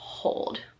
hold